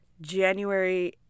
January